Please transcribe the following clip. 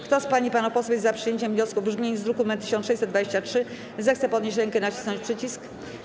Kto z pań i panów posłów jest za przyjęciem wniosku w brzmieniu z druku nr 1623, zechce podnieść rękę i nacisnąć przycisk.